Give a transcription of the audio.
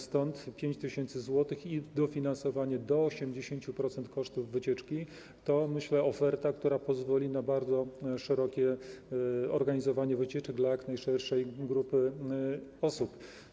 Stąd 5 tys. zł i dofinansowanie do 80% kosztów wycieczki to, myślę, oferta, która pozwoli na bardzo szerokie organizowanie wycieczek dla jak najszerszej grupy osób.